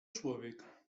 człowiek